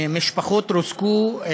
משפחות רוסקו,